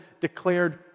declared